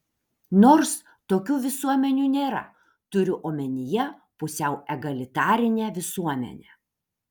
nors tokių visuomenių nėra turiu omenyje pusiau egalitarinę visuomenę